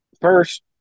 First